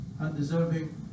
undeserving